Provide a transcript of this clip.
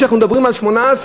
כשאנחנו מדברים על 18%,